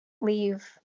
leave